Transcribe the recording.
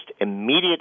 immediate